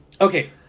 Okay